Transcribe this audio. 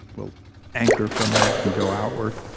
we'll anchor from that and go outward.